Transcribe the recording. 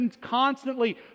constantly